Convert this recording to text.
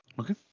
Okay